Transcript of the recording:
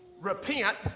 Repent